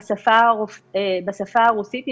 בשפה הרוסית,